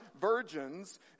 virgins